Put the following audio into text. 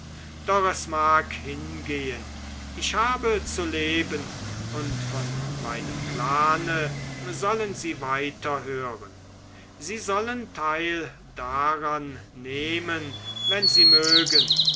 mag hingehen ich habe zu leben und von meinem plane sollen sie weiter hören sie sollen teil daran nehmen wenn sie mögen